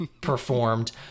performed